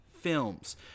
films